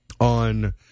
on